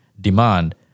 demand